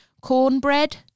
cornbread